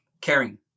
caring